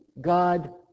God